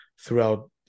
throughout